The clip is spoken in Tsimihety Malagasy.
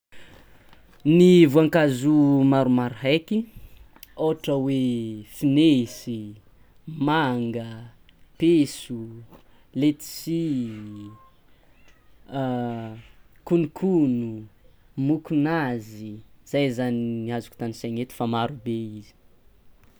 Ny voankazo maromaro heky, ôhatra hoe finesy, manga, peso, ledisy, konokono, mokonazy, zay zany ny azoko tanisaina eto fa marobe izy.